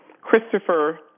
Christopher